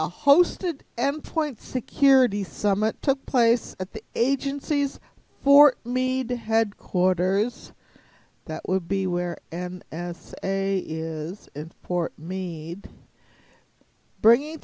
a hosted employment security summit took place at the agency's for me to headquarters that would be where and as a is in for me bringing